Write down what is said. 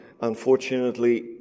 Unfortunately